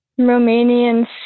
Romanian